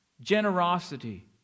Generosity